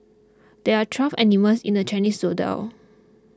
there are twelve animals in the Chinese zodiac